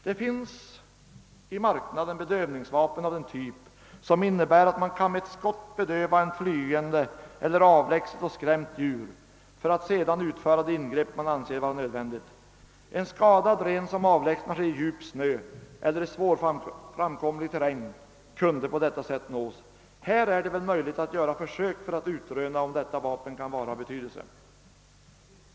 Det finns i marknaden bedövnings vapen av en typ som innebär att man med ett skott kan bedöva ett flyende elier avlägset djur som blivit skrämt för att sedan utföra det ingrepp man anser vara nödvändigt. En skadad ren som avlägsnar sig i djup snö eller i svårframkomlig terräng kunde på detta sätt nås. Här är det väl möjligt att göra försök för att utröna, om detta vapen kan vara av betydelse.